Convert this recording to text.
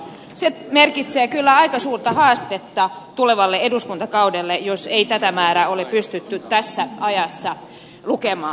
se merkitsee kyllä aika suurta haastetta tulevalle eduskuntakaudelle jos ei tätä määrää ole pystytty tässä ajassa lukemaan